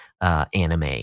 anime